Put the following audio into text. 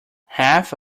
half